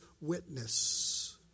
witness